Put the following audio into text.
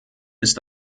ist